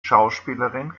schauspielerin